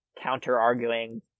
counter-arguing